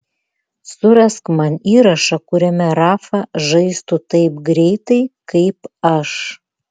surask man įrašą kuriame rafa žaistų taip greitai kaip aš